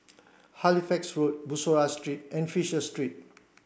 Halifax Road Bussorah Street and Fisher Street